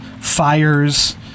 fires